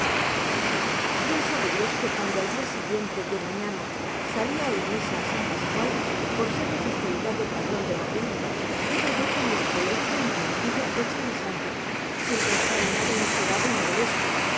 bien sabe dios que cuando al siguiente día de mañana salí a oír misa a san pascual por ser la festividad del patrón de madrid iba yo con mi eucologio y mi mantillita hecha una santa sin pensar en nada inesperado y